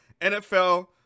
NFL